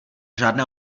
žádné